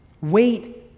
Wait